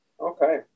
okay